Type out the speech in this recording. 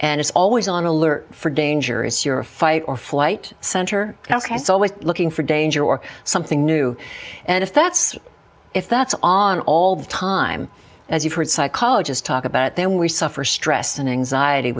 and it's always on alert for dangerous you're a fight or flight center that's how it's always looking for danger or something new and if that's if that's on all the time as you've heard psychologists talk about then we suffer stress and anxiety